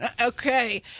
Okay